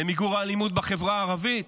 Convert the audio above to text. למיגור האלימות בחברה הערבית.